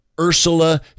Ursula